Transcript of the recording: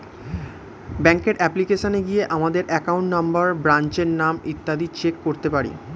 ব্যাঙ্কের অ্যাপ্লিকেশনে গিয়ে আমাদের অ্যাকাউন্ট নম্বর, ব্রাঞ্চের নাম ইত্যাদি চেক করতে পারি